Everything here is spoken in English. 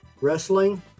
wrestling